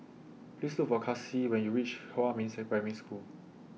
Please Look For Kasie when YOU REACH Huamin's Primary School